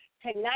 Tonight